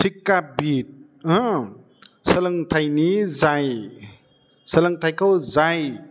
शिक्षा बिद सोलोंथाइनि जाय सोलोंथाइखौ जाय